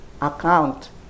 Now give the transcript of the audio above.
account